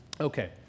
Okay